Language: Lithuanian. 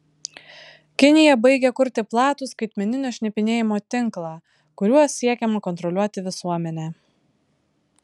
kinija baigia kurti platų skaitmeninio šnipinėjimo tinklą kuriuo siekiama kontroliuoti visuomenę